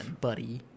buddy